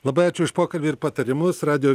labai ačiū už pokalbį ir patarimus radijo